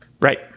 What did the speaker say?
right